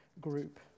group